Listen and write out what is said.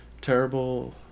terrible